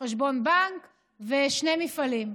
חשבון בנק ושני מפעלים.